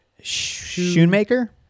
Shoemaker